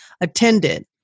attended